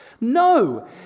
No